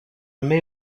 mets